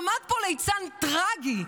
עמד פה ליצן טרגי,